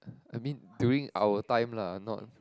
I mean during our time lah not